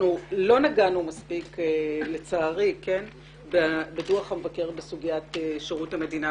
נגענו מספיק לצערי בדוח המבקר בסוגיית שירות המדינה והמינויים בו,